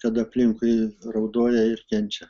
kad aplinkui raudoja ir kenčia